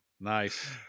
nice